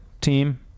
team